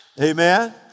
Amen